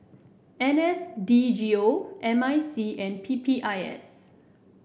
N S D G O M I C and P P I S